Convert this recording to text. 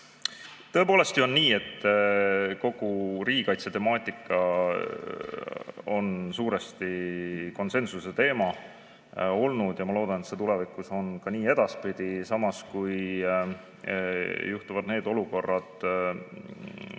Tõepoolest on nii, et kogu riigikaitsetemaatika on suuresti konsensuse teema olnud, ja ma loodan, et see on nii ka edaspidi. Samas, kui juhtuvad need olukorrad, mis